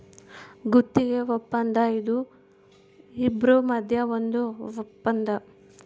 ಗುತ್ತಿಗೆ ವಪ್ಪಂದ ಇದು ಇಬ್ರು ಮದ್ಯ ಒಂದ್ ವಪ್ಪಂದ